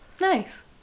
Nice